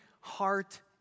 heart